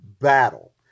battle